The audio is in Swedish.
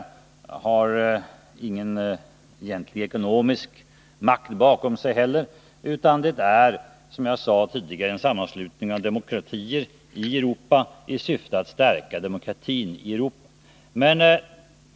Det har inte heller någon egentlig ekonomisk makt bakom sig, utan det är, som jag sade tidigare, en sammanslutning av demokratier i Europa som bildats i syfte att stärka demokratin i vår världsdel.